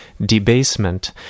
debasement